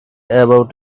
about